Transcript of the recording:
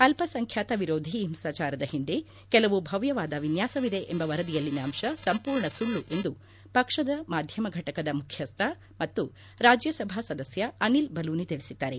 ಅಲ್ಪಸಂಖ್ಯಾತ ವಿರೋಧಿ ಹಿಂಸಾಚಾರದ ಹಿಂದೆ ಕೆಲವು ಭವ್ಯವಾದ ವಿನ್ಯಾಸವಿದೆ ಎಂಬ ವರದಿಯಲ್ಲಿನ ಅಂಶ ಸಂಪೂರ್ಣ ಸುಳ್ಳು ಎಂದು ಪಕ್ಷದ ಮಾಧ್ಯಮ ಘಟಕದ ಮುಖ್ಯಸ್ವ ಮತ್ತು ರಾಜ್ಯಸಭಾ ಸದಸ್ಯ ಅನಿಲ್ ಬಲೂನಿ ತಿಳಿಸಿದ್ದಾರೆ